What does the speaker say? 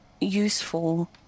useful